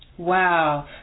Wow